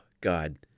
God